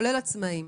כולל עצמאים.